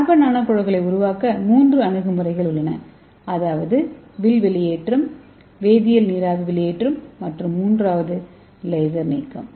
carbon நானோகுழாய்களை உருவாக்க 3 அணுகுமுறைகள் உள்ளன அதாவது வில் வெளியேற்றம் வேதியியல் நீராவி வெளியேற்றம் மற்றும் மூன்றாவது லேசர் நீக்கம்